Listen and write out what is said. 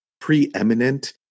preeminent